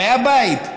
באי הבית,